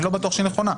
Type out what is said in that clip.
אני לא בטוח שהיא נכונה.